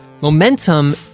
Momentum